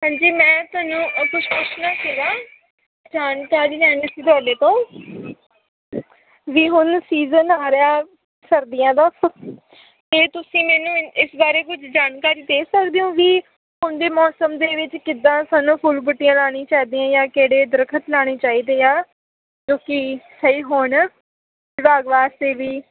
ਹਾਂਜੀ ਮੈਂ ਤੁਹਾਨੂੰ ਜਾਣਕਾਰੀ ਲੈਣੀ ਸੀ ਤੁਹਾਡੇ ਤੋਂ ਵੀ ਹੁਣ ਸੀਜ਼ਨ ਆ ਰਿਹਾ ਸਰਦੀਆਂ ਦਾ ਅਤੇ ਤੁਸੀਂ ਇਸ ਬਾਰੇ ਕੁਝ ਜਾਣਕਾਰੀ ਦੇ ਸਕਦੇ ਹੋ ਵੀ ਹੁਣ ਦੇ ਮੌਸਮ ਦੇ ਵਿੱਚ ਕਿੱਦਾਂ ਸਾਨੂੰ ਫੁੱਲ ਬੂਟੀਆਂ ਲਾਉਣੀ ਚਾਹੀਦੀਆਂ ਜਾਂ ਕਿਹੜੇ ਦਰਖ਼ਤ ਲਗਾਉਣੇ ਚਾਹੀਦੇ ਆ ਜੋ ਕਿ ਸਹੀ ਹੋਣ ਵਿਭਾਗ ਵਾਸਤੇ ਵੀ